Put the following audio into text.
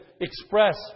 express